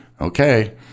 okay